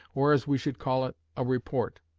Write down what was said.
or, as we should call it, a report.